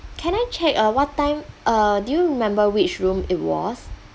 can I check uh what time uh do you remember which room it was